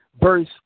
verse